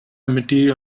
material